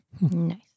Nice